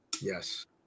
Yes